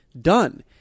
done